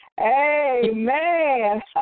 Amen